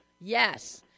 Yes